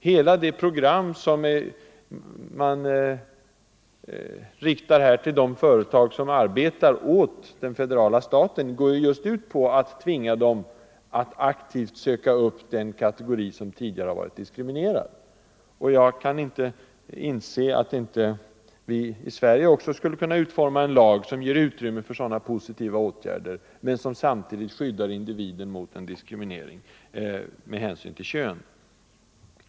De bestämmelser som man tillämpar för de företag som arbetar åt den federala regeringen går ju just ut på att tvinga dem att aktivt söka upp den kategori som tidigare har varit diskriminerad. Jag kan inte inse, att inte vi i Sverige också skulle kunna utforma en lag som ger utrymme för sådana positiva åtgärder, samtidigt som den skyddar individen mot en diskriminering med hänsyn till kön.